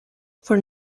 for